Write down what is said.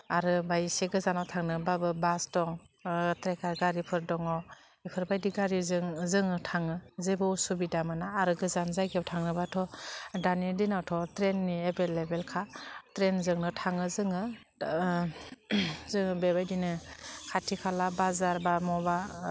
आरो बा एसे गोजानाव थांनोबाबो बास दं ट्रेकार गारिफोर दङ बेफोरबायदि गारिजों जोङो थाङो जेबो असुबिदा मोना आरो गोजान जायगायाव थाङोबाथ' दानि दिनावथ ट्रेइननि एभेलएबेलखा ट्रेइनजोंनो थाङो जोङो जोङो बेबायदिनो खाथि खाला बाजार बा बबावबा